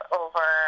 over